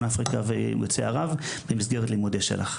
אפריקה ויוצאי ערב במסגרת לימודי של"ח.